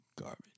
garbage